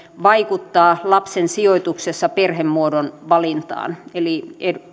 vaikuttaa lapsen sijoituksessa perhemuodon valintaan eli